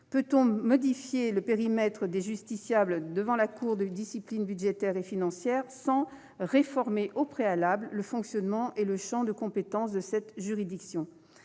Peut-on modifier le périmètre des justiciables devant la Cour de discipline budgétaire et financière sans réformer, au préalable, le fonctionnement et le champ de compétence de cette juridiction ?